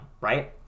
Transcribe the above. right